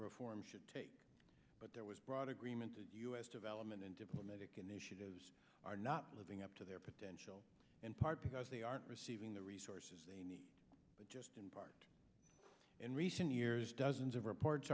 reform should take but there was broad agreement that u s development and diplomatic initiatives are not living up to their potential in part because they aren't receiving the resources they need but just in part in recent years dozens of reports